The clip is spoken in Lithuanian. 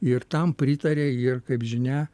ir tam pritarė ir kaip žinia